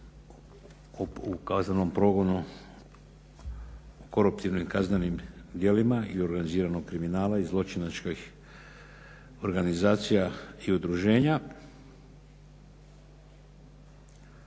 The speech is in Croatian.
u kaznenom progonu, koruptivnim kaznenim djelima i organiziranom kriminalu i zločinačkih organizacija i udruženja.